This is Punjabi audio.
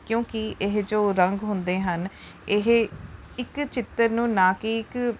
ਕਿਉਂਕਿ ਇਹ ਜੋ ਰੰਗ ਹੁੰਦੇ ਹਨ ਇਹ ਇੱਕ ਚਿੱਤਰ ਨੂੰ ਨਾ ਕਿ ਇੱਕ